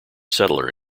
settler